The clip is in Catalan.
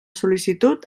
sol·licitud